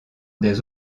des